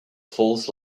falls